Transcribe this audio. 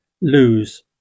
lose